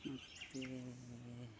ಮತ್ತು